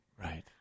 right